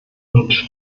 und